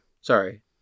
Sorry